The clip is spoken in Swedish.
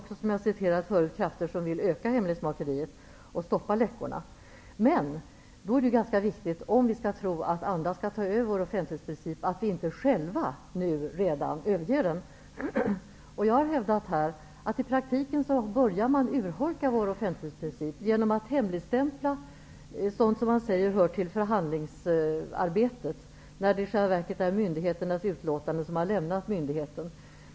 Det finns också krafter som vill öka hemlighetsmakeriet och stoppa läckorna, som jag har citerat förut. Om vi tror att andra skall ta över vår offentlighetsprincip är det ganska viktigt att vi inte själva redan nu överger den. Jag har hävdat att man i praktiken börjar urholka vår offentlighetsprincip genom att hemligstämpla sådant som man säger hör till förhandlingsarbetet, när det i själva verket är myndigheternas utlåtande som har lämnat myndigheten.